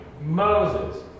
Moses